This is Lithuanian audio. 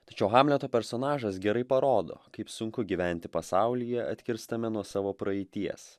tačiau hamleto personažas gerai parodo kaip sunku gyventi pasaulyje atkirstame nuo savo praeities